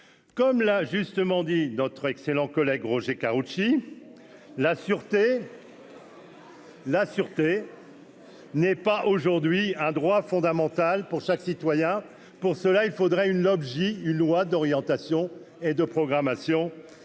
comme l'a justement dit notre excellent collègue Roger Karoutchi la sûreté. La Sûreté. N'est pas aujourd'hui un droit fondamental pour chaque citoyen, pour cela, il faudrait une objet une loi d'orientation et de programmation